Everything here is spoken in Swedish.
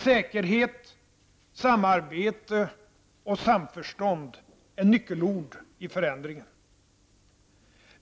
Säkerhet, samarbete och samförstånd är nyckelord i förändringen.